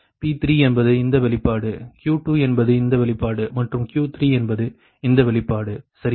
P3 என்பது இந்த வெளிப்பாடு Q2 என்பது இந்த வெளிப்பாடு மற்றும் Q3 என்பது இந்த வெளிப்பாடு சரியா